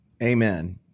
Amen